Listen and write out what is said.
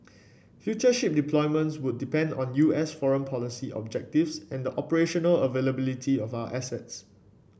future ship deployments would depend on U S foreign policy objectives and the operational availability of our assets